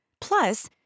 Plus